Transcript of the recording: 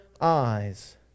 eyes